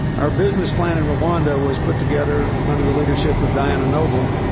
our business plan in rwanda was put together under the leadership of diana noble,